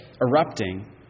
erupting